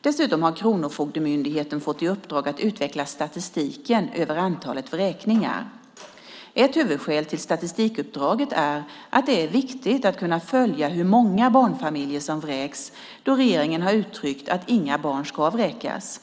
Dessutom har Kronofogdemyndigheten fått i uppdrag att utveckla statistiken över antalet vräkningar. Ett huvudskäl till statistikuppdraget är att det är viktigt att kunna följa hur många barnfamiljer som vräks då regeringen har uttryckt att inga barn ska vräkas.